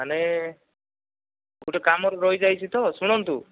ତାହେଲେ ଗୋଟିଏ କାମରେ ରହିଯାଇଛି ତ ଶୁଣନ୍ତୁ